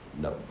no